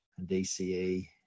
DCE